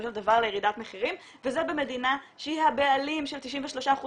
של דבר לירידת מחירים וזה במדינה שהיא הבעלים של 93% מהקרקעות,